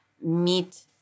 meet